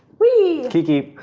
whee! hd kiki,